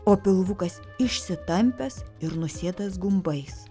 o pilvukas išsitampęs ir nusėtas gumbais